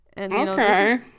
Okay